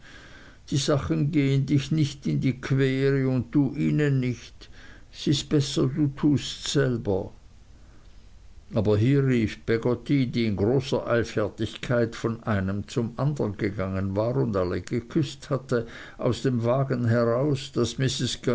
die sachen gehen dich nicht der quere und du ihnen nicht s ist besser du tusts selber aber hier rief peggotty die in großer eilfertigkeit von einem zum andern gegangen war und alle geküßt hatte aus dem wagen heraus daß